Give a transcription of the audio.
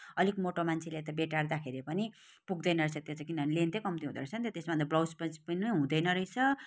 अलिक मोटो मान्छेलाई त बटार्दाखेरि पनि पुग्दैन रहेछ त्यो चाहिँ किनभने लेन्थै कम्ती हुँदोरहेछ नि त त्यसमा अन्त ब्लाउज पिस पनि हुँदैन रहेछ